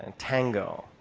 and tango,